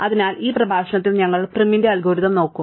അതിനാൽ ഈ പ്രഭാഷണത്തിൽ ഞങ്ങൾ പ്രിമിന്റെ അൽഗോരിതം നോക്കും